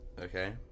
Okay